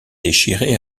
déchiré